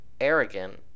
Arrogant